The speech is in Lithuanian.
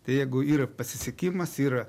tai jeigu yra pasisekimas yra